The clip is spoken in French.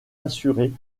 assurés